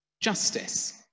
justice